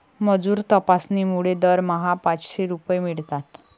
मजूर तपासणीमुळे दरमहा पाचशे रुपये मिळतात